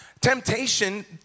Temptation